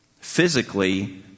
physically